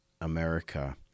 America